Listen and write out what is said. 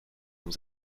nous